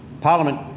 Parliament